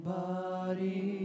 body